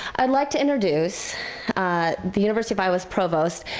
i'd like to introduce the university of iowa's provost,